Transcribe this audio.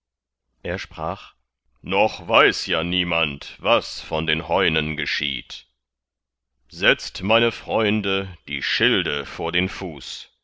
er sprach noch weiß ja niemand was von den heunen geschieht setzt meine freunde die schilde vor den fuß